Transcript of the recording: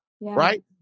Right